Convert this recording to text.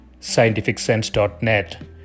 scientificsense.net